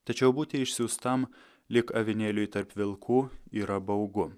tačiau būti išsiųstam lyg avinėliui tarp vilkų yra baugu